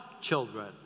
children